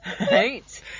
right